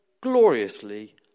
gloriously